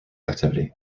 activity